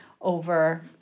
over